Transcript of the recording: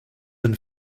been